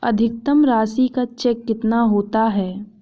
अधिकतम राशि का चेक कितना होता है?